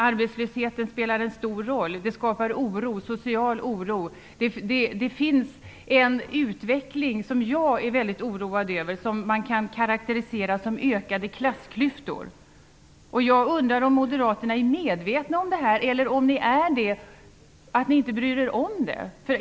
Arbetslösheten spelar en stor roll och skapar social oro. Det finns en utveckling som jag är väldigt oroad av och som karakteriseras av ökande klassklyftor. Jag undrar om moderaterna är medvetna om detta, eller, om ni är det, om ni bryr er om det.